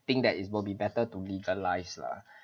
think that it's will be that is will be better to legalize lah